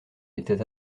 était